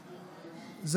החולים.